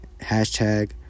Hashtag